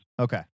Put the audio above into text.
Okay